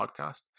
podcast